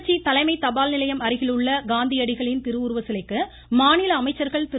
திருச்சி தலைமை தபால் நிலையம் அருகில் உள்ள காந்தியடிகளின் திருவுருவ சிலைக்கு மாநில அமைச்சர்கள் திரு